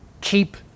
keep